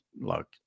look